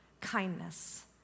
kindness